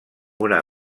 una